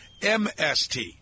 MST